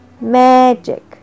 Magic